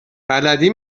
بلدی